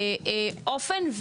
מכל אופן,